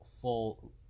full